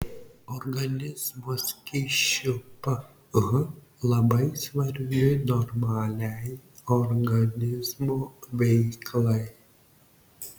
organizmo skysčių ph labai svarbi normaliai organizmo veiklai